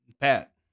Pat